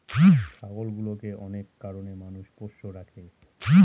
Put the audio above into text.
ছাগলগুলোকে অনেক কারনে মানুষ পোষ্য রাখে